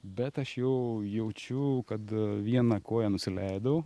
bet aš jau jaučiu kad viena koja nusileidau